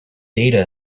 data